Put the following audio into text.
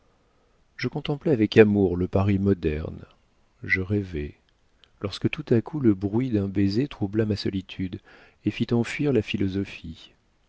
je contemplais avec amour le paris moderne je rêvais lorsque tout à coup le bruit d'un baiser troubla ma solitude et fit enfuir la philosophie